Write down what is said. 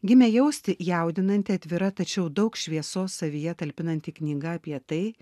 gimę jausti jaudinanti atvira tačiau daug šviesos savyje talpinanti knyga apie tai